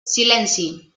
silenci